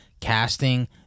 casting